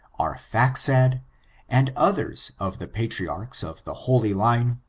ar phaxad, and others of the patriarchs of the holy line,